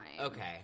Okay